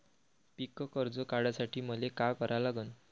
पिक कर्ज काढासाठी मले का करा लागन?